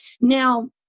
Now